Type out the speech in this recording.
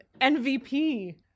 MVP